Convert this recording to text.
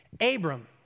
Abram